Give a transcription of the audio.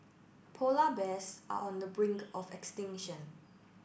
polar bears are on the brink of extinction